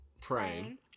Praying